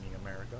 America